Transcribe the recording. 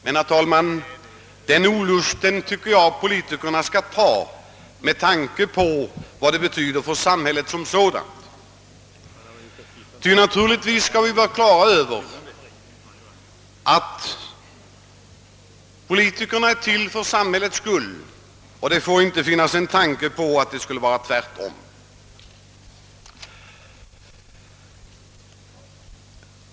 Men, herr talman, den olusten tycker jag att politikerna får ta, med tanke på vad deras verksamhet betyder för samhället som sådant. Politikerna är till för samhällets skull; det får inte finnas en tanke på att det skulle förhålla sig tvärtom.